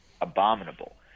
abominable